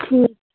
ਠੀਕ